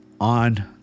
on